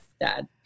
dad